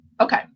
Okay